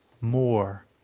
more